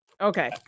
Okay